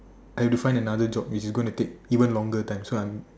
I have to find another job which is gonna take even longer time so I'm